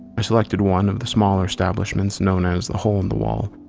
i selected one of the smaller establishments known as the hole in the wall.